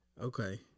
okay